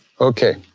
Okay